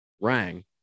rang